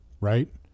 right